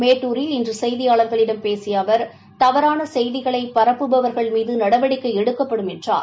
மேட்டுரில் இன்று செய்தியாளர்களிடம் பேசிய அவர் தவறான செய்திகளை பரப்புபவர்கள் மீது நடவடிக்கை எடுக்கப்படும் என்றார்